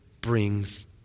brings